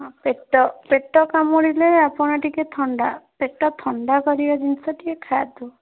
ହଁ ପେଟ ପେଟ କାମୁଡ଼ିଲେ ଆପଣ ଟିକିଏ ଥଣ୍ଡା ପେଟ ଥଣ୍ଡା କରିବା ଜିନିଷ ଟିକିଏ ଖାଆନ୍ତୁ